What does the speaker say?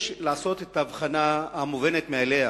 יש לעשות את ההבחנה המובנת מאליה